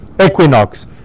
equinox